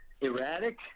Erratic